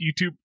YouTube